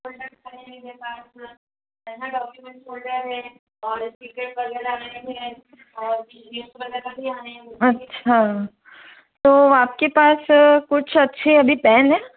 document folder हैं और speaker वगैरह हैं अच्छा तो आपके पास कुछ अच्छी अभी पेन हैं